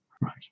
right